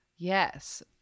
Yes